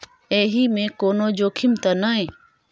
एहि मे कोनो जोखिम त नय?